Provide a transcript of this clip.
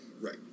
Right